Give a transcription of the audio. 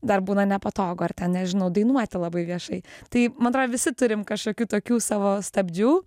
dar būna nepatogu ar ten nežinau dainuoti labai viešai tai man atro visi turime kažkokių tokių savo stabdžių